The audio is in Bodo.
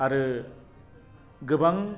आरो गोबां